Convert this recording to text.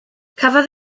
cafodd